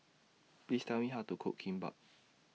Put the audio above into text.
Please Tell Me How to Cook Kimbap